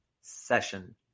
session